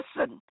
listen